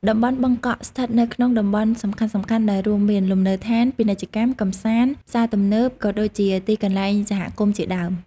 តំបន់បឹងកក់ ស្ថិតនៅក្នុងតំបន់សំខាន់ៗដែលរួមមាន លំនៅដ្ឋាន ពាណិជ្ជកម្ម កំសាន្ត ផ្សារទំនើប ក៏ដូចជាទីកន្លែងសហគមជាដើម។